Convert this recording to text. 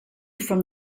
from